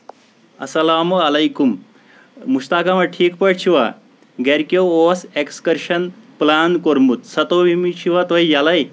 اَسلامُ علیٚکُم مشتاق احمد ٹھیک پٲٹھۍ چھوا گرِکٮ۪و اوس ایٚکٕسکرشن پٕلان کوٚرمُت سَتووُہمہِ چھِوا تُہۍ ییٚلے